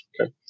okay